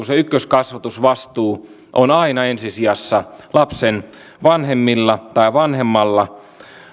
se ykköskasvatusvastuu on aina ensi sijassa lapsen vanhemmilla tai vanhemmalla